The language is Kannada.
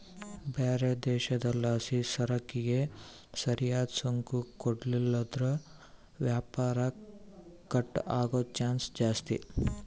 ಬ್ಯಾರೆ ದೇಶುದ್ಲಾಸಿಸರಕಿಗೆ ಸರಿಯಾದ್ ಸುಂಕ ಕೊಡ್ಲಿಲ್ಲುದ್ರ ವ್ಯಾಪಾರ ಕಟ್ ಆಗೋ ಚಾನ್ಸ್ ಜಾಸ್ತಿ